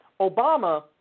Obama